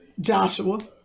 Joshua